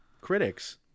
critics